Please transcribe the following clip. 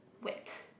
wet